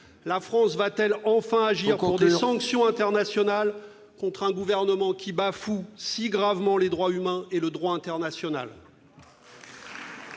La France va-t-elle enfin agir pour des sanctions internationales contre un gouvernement qui bafoue si gravement les droits humains et le droit international ?